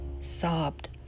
sobbed